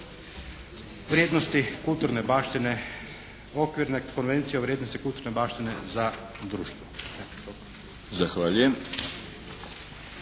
vrijednosti kulturne baštine Okvirne konvencije o vrijednosti kulturne baštine za društvo. Evo,